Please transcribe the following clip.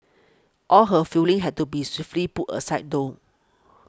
all her feelings had to be swiftly put aside though